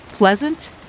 Pleasant